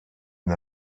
the